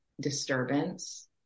disturbance